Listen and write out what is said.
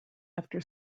after